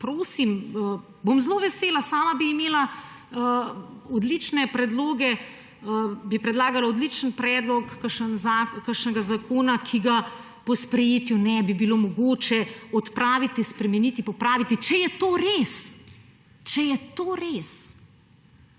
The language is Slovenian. Prosim, bom zelo vesela. Sama bi imela odlične predloge, bi predlagala odličen predlog kakšnega zakona, ki ga po sprejetju ne bi bilo mogoče odpraviti, spremeniti, popraviti, če je to res. Če je to res.